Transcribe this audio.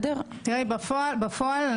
בפועל,